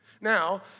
Now